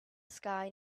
sky